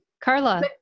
Carla